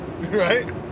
Right